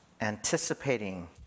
anticipating